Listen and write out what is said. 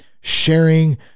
sharing